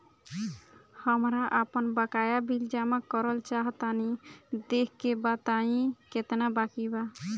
हमरा आपन बाकया बिल जमा करल चाह तनि देखऽ के बा ताई केतना बाकि बा?